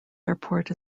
airport